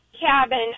cabin